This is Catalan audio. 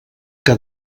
que